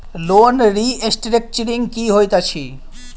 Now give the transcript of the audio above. Loan restructuring की होइत अछि?